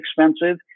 expensive